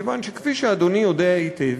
מכיוון שכפי שאדוני יודע היטב,